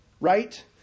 Right